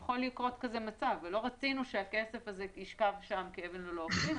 יכול לקרות מצב כזה ולא רצינו שהכסף הזה ישכב שם כאבן ללא הופכין,